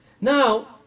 Now